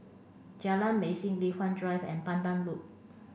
Jalan Mesin Li Hwan Drive and Pandan Loop